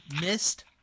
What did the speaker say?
missed